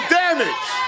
damage